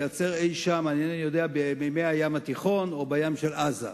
ייעצר אי-שם במימי הים התיכון או בים של עזה,